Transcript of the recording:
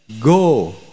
Go